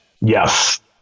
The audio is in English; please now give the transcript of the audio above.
Yes